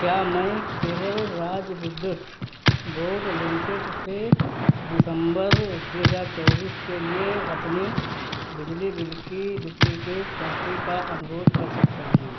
क्या मैं केरल राज्य विद्युत बोर्ड लिमिटेड से दिसंबर दुइ हज़ार चौबीस के लिए अपने बिजली बिल की डुप्लिकेट कापी का अनुरोध कर सकता हूँ